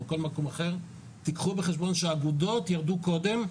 קחו בחשבון שהאגודות ירדו קודם,